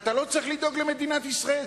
שאתה לא צריך לדאוג למדינת ישראל,